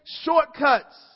shortcuts